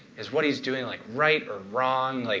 is what he's doing like right or wrong? like